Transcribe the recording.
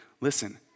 listen